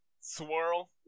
swirl